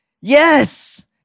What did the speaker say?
Yes